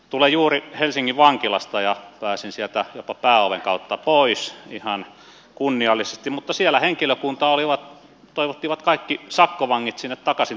tulen juuri helsingin vankilasta pääsin sieltä jopa pääoven kautta pois ihan kunniallisesti mutta siellä henkilökunta toivotti kaikki sakkovangit sinne tervetulleeksi takaisin